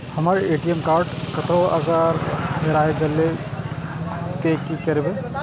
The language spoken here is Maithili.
हमर ए.टी.एम कार्ड कतहो अगर हेराय गले ते की करबे?